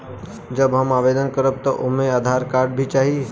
जब हम आवेदन करब त ओमे आधार कार्ड भी चाही?